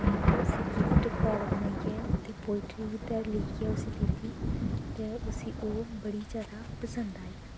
ते में उसी गिफ्ट कार्ड बनाईयै ते पोईट्री कुदै शा उसी लेईयै दित्ती ते उसी ओह् बड़ी जादा पसंद आई